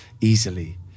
easily